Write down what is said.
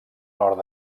nord